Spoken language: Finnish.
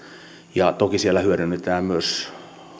ja toki siellä hyödynnetään myös